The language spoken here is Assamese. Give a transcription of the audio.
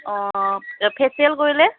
অঁ ফেচিয়েল কৰিলে